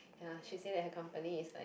she say that her company is like